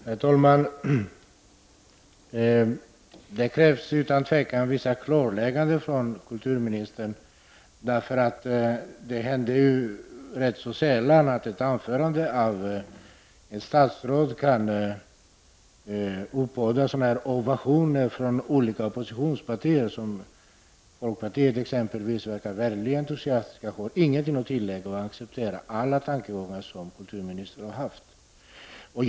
Herr talman! Det krävs utan tvivel vissa klarlägganden från kulturministern. Det händer rätt sällan att ett anförande av ett statsråd kan uppbåda sådana ovationer från olika oppositionspartier. Folkpartiet t.ex. visar en väldig entusiasm och har ingenting att tillägga utan accepterar alla tankegångar som kulturministern har framfört.